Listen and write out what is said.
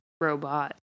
robot